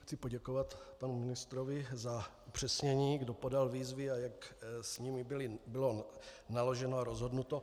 Chci poděkovat panu ministrovi za upřesnění, kdo podal výzvy a jak s nimi bylo naloženo a rozhodnuto.